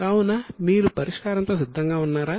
కావున మీరు పరిష్కారంతో సిద్ధంగా ఉన్నారా